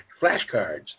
flashcards